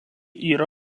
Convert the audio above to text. yra